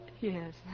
Yes